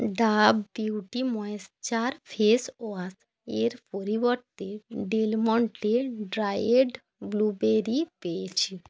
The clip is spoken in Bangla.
Dove beauty moisture face wash এর পরিবর্তে ডেলমন্টের ড্রায়েড ব্লুবেরি পেয়েছি